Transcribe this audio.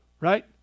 Right